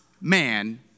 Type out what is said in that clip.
man